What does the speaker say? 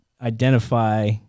identify